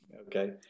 Okay